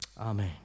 Amen